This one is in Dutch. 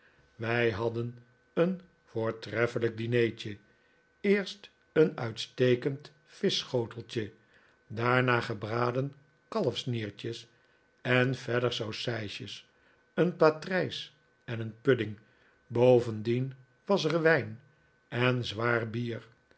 wij hadden een voortreffelijk dinertje eerst een uitstekend vischschoteltje daarna gebraden kalfsniertjes en verder saucijsjes een patrijs en een pudding bovendien was er wijn en zwaar bier